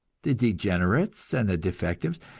the degenerates and the defectives,